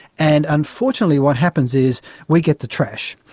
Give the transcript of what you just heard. and unfortunately what happens is we get the trash.